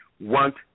want